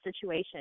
situation